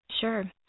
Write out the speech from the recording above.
Sure